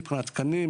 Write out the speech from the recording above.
מבחינת תקנים,